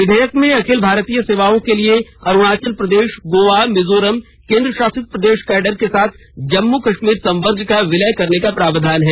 विधेयक में अखिल भारतीय सेवाओं के लिए अरुणाचल प्रदेश गोवा मिजोरम केन्द्र शासित प्रदेश कैडर के साथ जम्मू कश्मीर संवर्ग का विलय करने का प्रावधान है